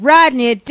Rodney